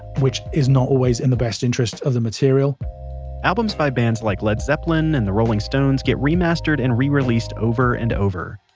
which is not always in the best interest of the material albums by bands like led zeppelin and the rolling stones get remastered and re-released over and over.